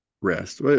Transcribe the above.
rest